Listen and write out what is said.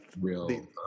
real